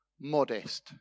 modest